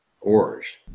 ores